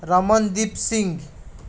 Raman Deep Singh